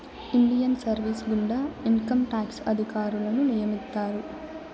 Indian service గుండా income tax అధికారులను నియమిత్తారు